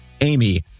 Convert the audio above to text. Amy